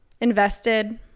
invested